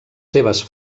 seves